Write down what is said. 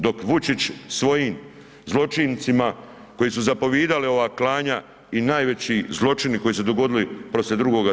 Dok Vučić svojim zločincima koji su zapovijedali ova klanja i najveći zločini koji su se dogodili poslije II.